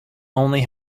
only